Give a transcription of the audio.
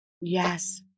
Yes